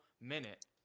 minute